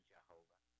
Jehovah